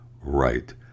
right